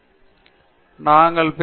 சரி இப்போதைக்கு நாங்கள் இருக்கிறோம்